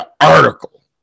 article